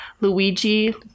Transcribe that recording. Luigi